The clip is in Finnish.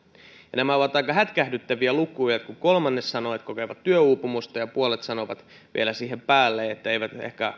nämä ovat aika hätkähdyttäviä lukuja kun kolmannes sanoo että kokevat työuupumusta ja ja puolet sanovat vielä siihen päälle että eivät ehkä